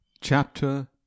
Chapter